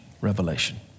revelation